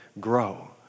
grow